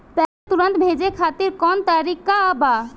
पैसे तुरंत भेजे खातिर कौन तरीका बा?